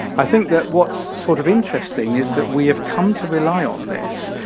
i think that what's sort of interesting is that we have come to rely on this,